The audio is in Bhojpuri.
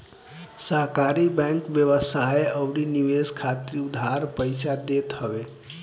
सहकारी बैंक व्यवसाय अउरी निवेश खातिर उधार पईसा देत हवे